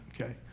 Okay